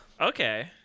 okay